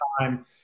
time